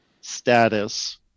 status